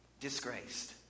disgraced